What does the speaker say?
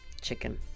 Chicken